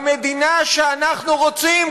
במדינה שאנחנו רוצים,